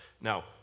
Now